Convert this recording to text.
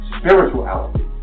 spirituality